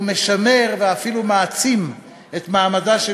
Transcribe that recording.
הוא משמר ואפילו מעצים את מעמדה של